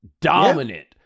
Dominant